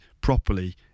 properly